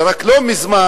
ורק לא מזמן,